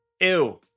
Ew